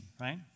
right